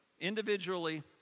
individually